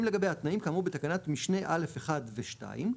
לגביה התנאים כאמור בתקנת משנה (א)(1) ו- (2),